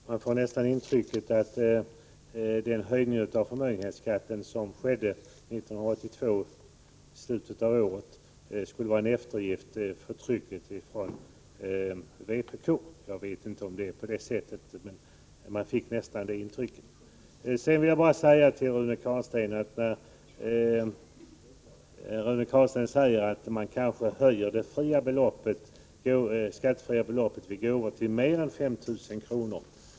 Herr talman! Man får nästan intrycket att den höjning av förmögenhetsskatten som skedde i slutet av 1982 skulle vara en eftergift för trycket från vpk. Jag vet inte om det är på det sättet, men man fick som sagt nästan det intrycket. Rune Carlstein säger att det skattefria beloppet vid gåvor kanske kommer att höjas till mer än 5 000 kr.